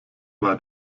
wide